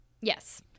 yes